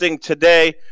today